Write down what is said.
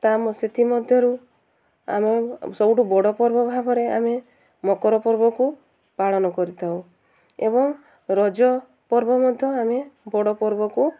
ତା ସେଥିମଧ୍ୟରୁ ଆମେ ସବୁଠୁ ବଡ଼ ପର୍ବ ଭାବରେ ଆମେ ମକର ପର୍ବକୁ ପାଳନ କରିଥାଉ ଏବଂ ରଜ ପର୍ବ ମଧ୍ୟ ଆମେ ବଡ଼ ପର୍ବକୁ